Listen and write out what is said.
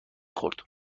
خورد